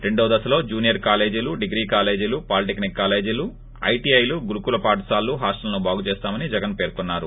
రెండో దశలో జూనియర్ కాలేజీలు డిగ్రీ కాలేజీలు పాలిటెక్నిక్ కాలేజ్లు ఐటీఐలు గురుకుల పాఠశాలలు హాస్టళ్లను బాగుచేస్తామని జగన్ పేర్కున్నారు